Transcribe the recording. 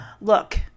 look